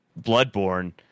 bloodborne